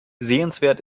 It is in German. sehenswert